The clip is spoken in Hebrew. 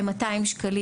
הן 200 ש"ח.